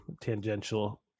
Tangential